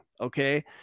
Okay